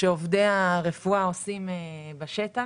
שעובדי הרפואה עושים בשטח,